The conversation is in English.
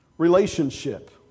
relationship